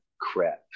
crap